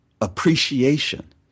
appreciation